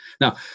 Now